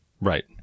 right